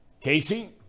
Casey